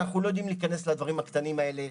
אנחנו לא יודעים להיכנס לדברים הקטנים האלה,